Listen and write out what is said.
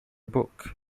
book